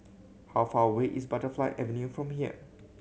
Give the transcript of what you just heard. how far away is Butterfly Avenue from here